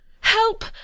help